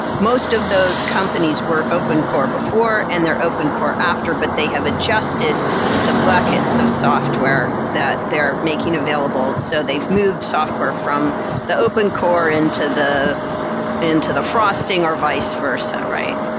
most of those companies were open core before and they're open core after, but they have adjusted the bucket. so software that they're making available. so they moved software from the open core into the into the frosting or vice versa, right?